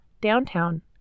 downtown